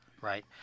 Right